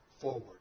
Forward